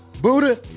Buddha